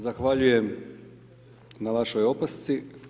Zahvaljujem na vašoj opasci.